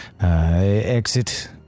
exit